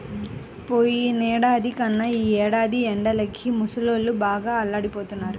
పోయినేడాది కన్నా ఈ ఏడాది ఎండలకి ముసలోళ్ళు బాగా అల్లాడిపోతన్నారు